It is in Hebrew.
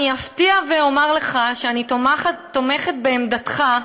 אני אפתיע ואומר לך שאני תומכת בעמדתך,